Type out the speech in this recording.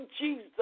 Jesus